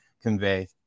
convey